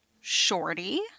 Shorty